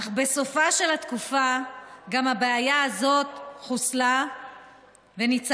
אך בסופה של התקופה גם הבעיה הזאת חוסלה וניצחנו.